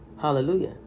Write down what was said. hallelujah